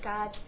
God